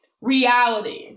reality